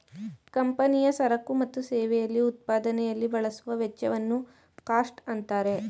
ಕಂಪನಿಯ ಸರಕು ಮತ್ತು ಸೇವೆಯಲ್ಲಿ ಉತ್ಪಾದನೆಯಲ್ಲಿ ಬಳಸುವ ವೆಚ್ಚವನ್ನು ಕಾಸ್ಟ್ ಅಂತಾರೆ